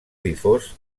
difós